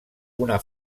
una